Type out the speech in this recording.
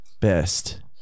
Best